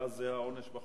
ואז זה העונש בחוק?